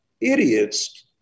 idiots